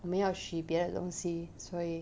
我们要许别的东西所以